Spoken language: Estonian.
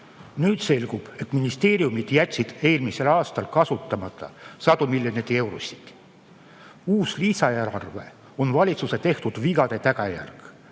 Nüüd selgub, et ministeeriumid jätsid eelmisel aastal kasutamata sadu miljoneid eurosid. Uus lisaeelarve on valitsuse tehtud vigade tagajärg.